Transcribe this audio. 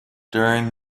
during